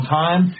time